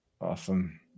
Awesome